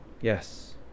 Yes